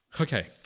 Okay